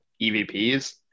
EVPs